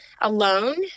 alone